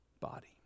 body